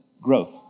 Growth